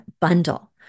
bundle